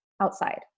outside